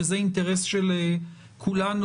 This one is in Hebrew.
וזה אינטרס של כולנו,